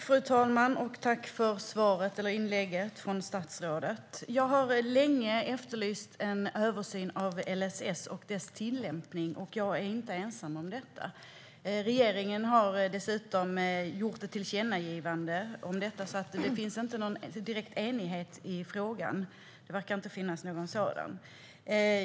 Fru talman! Tack för svaret, statsrådet! Jag har länge efterlyst en översyn av LSS och dess tillämpning, och jag är inte ensam om detta. Regeringen har dessutom gjort ett tillkännagivande om detta, så det finns ingen direkt enighet i frågan.